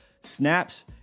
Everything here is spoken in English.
snaps